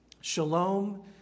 Shalom